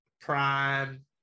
prime